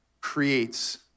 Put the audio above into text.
creates